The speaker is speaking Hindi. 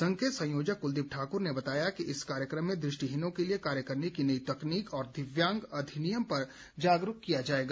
संघ के संयोजक कुलदीप ठाकुर ने बताया कि इस कार्यक्रम में दृष्टिहीनों के लिए कार्य करने की नई तकनीक और दिव्यांग अधिनियम पर जागरूक किया जाएगा